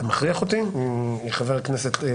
אתה מכריח אותי, חבר הכנסת לין?